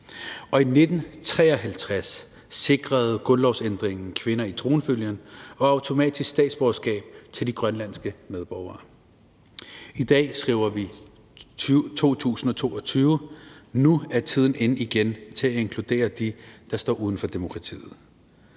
Og i 1953 sikrede grundlovsændringen kvinder i tronfølgen og automatisk statsborgerskab til de grønlandske medborgere. I dag skriver vi 2022. Nu er tiden inde til igen at inkludere dem, der står uden for demokratiet,